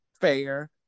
Fair